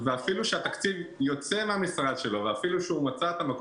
ואפילו שהתקציב יוצא מהמשרד שלו ושהוא מצא את המקור